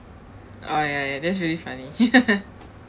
oh ya ya that's really funny